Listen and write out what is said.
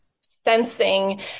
sensing